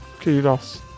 kudos